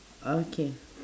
okay